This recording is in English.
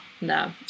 No